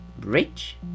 rich